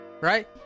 right